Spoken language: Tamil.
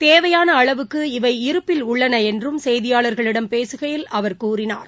தேவையான அளவுக்கு இவை இருப்பில் உள்ளன என்று செய்தியாளர்களிடம் பேசுகையில் அவர் கூறினார்